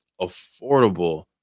affordable